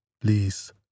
Please